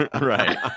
right